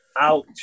Ouch